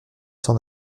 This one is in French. cent